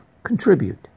contribute